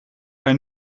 hij